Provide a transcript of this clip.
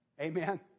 Amen